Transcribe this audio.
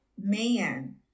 man